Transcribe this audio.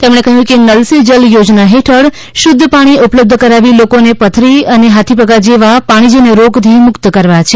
તેમણે કહ્યું કે નલ સે જલ યોજના હેઠળ શુદ્ધ પાણી ઉપલબ્ધ કરાવી લોકોને પથરી હાથીપગા જેવા રોગથી મુક્ત કરવા છે